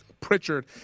Pritchard